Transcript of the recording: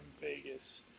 Vegas